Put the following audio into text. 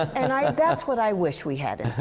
and i that's what i wish we had